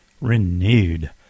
Renewed